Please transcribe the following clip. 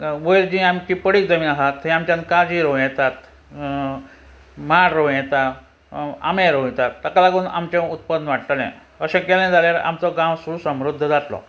वयर जी आमची पडींग जमीन आसा ती आमच्यान काजी रोंव येतात माड रोवं येता आमे रोवं येता ताका लागून आमचें उत्पन्न वाडटलें अशें केलें जाल्यार आमचो गांव सुसमृध्द जातलो